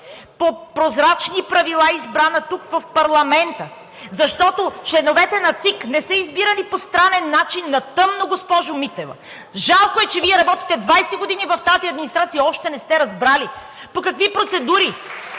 по прозрачни правила, избрана тук в парламента. Защото членовете на ЦИК не са избирани по странен начин на тъмно, госпожо Митева. Жалко е, че Вие работите 20 години в тази администрация, а още не сте разбрали по какви процедури